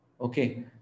Okay